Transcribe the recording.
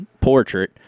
portrait